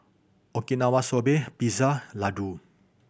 Okinawa Soba Pizza Ladoo